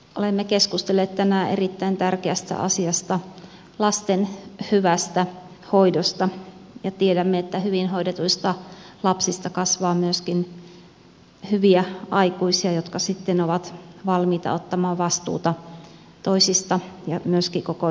olemme keskustelleet tänään erittäin tärkeästä asiasta lasten hyvästä hoidosta ja tiedämme että hyvin hoidetuista lapsista kasvaa myöskin hyviä aikuisia jotka sitten ovat valmiita ottamaan vastuuta toisista ja myöskin koko yhteiskunnasta